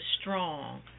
strong